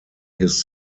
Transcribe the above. his